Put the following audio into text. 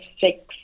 six